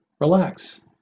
relax